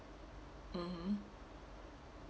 mmhmm